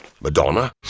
Madonna